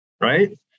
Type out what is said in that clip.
right